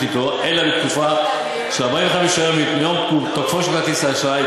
אתו אלא בתקופה של 45 יום מתום תוקפו של כרטיס האשראי,